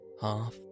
half